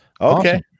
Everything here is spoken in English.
Okay